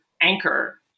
anchor